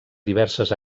diverses